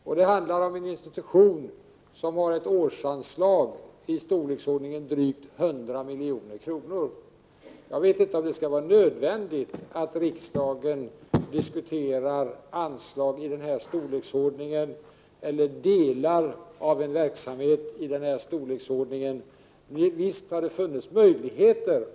Och det gäller alltså en institution som har ett årsanslag på drygt 100 milj.kr. Jag vet inte om det är nödvändigt att riksdagen diskuterar anslag i denna storleksordning eller delar av en verksamhet i denna storleksordning.